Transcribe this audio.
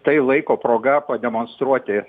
tai laiko proga pademonstruoti